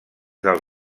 dels